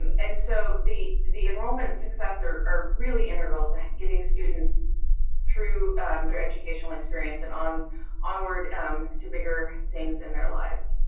um and so the the enrollment and success are are really integral to getting students through their educational experience and onward um to bigger things in their lives.